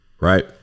Right